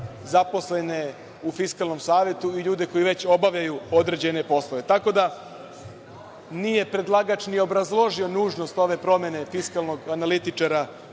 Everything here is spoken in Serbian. zaposlene u Fiskalnom savetu i ljude koji već obavljaju određene poslove. Tako da, nije predlagač ni obrazloži nužnost ove promene fiskalnog analitičara